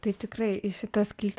tai tikrai į šitą skiltį